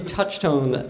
Touchtone